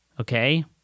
okay